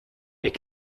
est